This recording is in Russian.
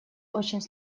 очень